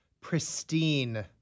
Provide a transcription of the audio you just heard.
pristine